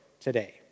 today